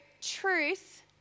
truth